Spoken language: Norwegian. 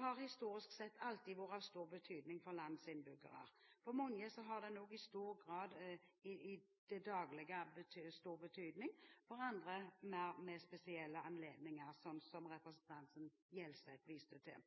har historisk sett alltid vært av stor betydning for landets innbyggere. For mange har den også i dag stor betydning, for noen i det daglige, for andre ved spesielle anledninger, slik som representanten Gjelseth viste til.